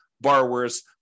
borrowers